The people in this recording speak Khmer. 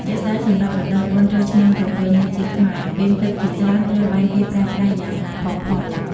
ជាក់ស្ដែង សម្រាប់រដូវបុណ្យចូលឆ្នាំថ្មីប្រពៃណីជាតិខ្មែរ ពាងទឹកជាច្រើនត្រូវបានគេប្រើប្រាស់យ៉ាងផុសផុល។